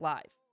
Live